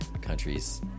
countries